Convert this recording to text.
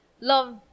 love